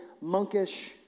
monkish